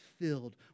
filled